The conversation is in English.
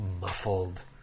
muffled